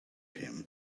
him